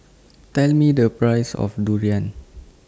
Tell Me The Price of Durian